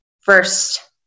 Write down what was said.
first